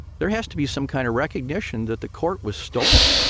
there has to be some kind of recognition that the court was stolen.